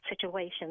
situation